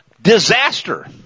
Disaster